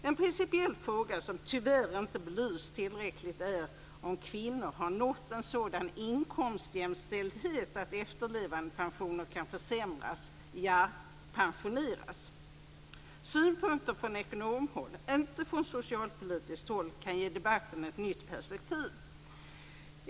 En principiell fråga som tyvärr inte belysts tillräckligt är om kvinnor har nått en sådan inkomstjämställdhet att efterlevandepensionerna kan försämras, ja "pensioneras". Synpunkter från ekonomhåll, inte från socialpolitiskt håll, kan ge debatten ett nytt perspektiv.